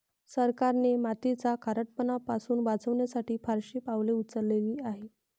सरकारने मातीचा खारटपणा पासून वाचवण्यासाठी फारशी पावले उचलली आहेत